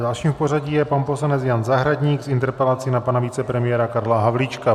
Dalším v pořadí je pan poslanec Jan Zahradník s interpelací na pana vicepremiéra Karla Havlíčka.